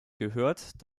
gehört